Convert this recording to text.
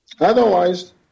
otherwise